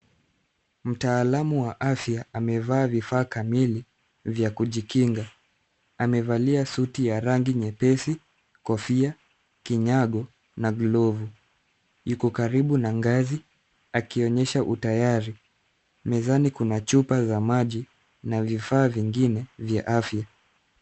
Mtaalamu wa afya amevaa vifaa kamili vya kujikinga. Amevalia suti ya rangi nyepesi, kofia, kinyago na glovu. Yuko karibu na ngazi akionyesha utayari. Mezani kuna chupa vya maji na vifaa vingine vya afya.